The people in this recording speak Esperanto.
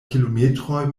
kilometroj